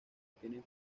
tienen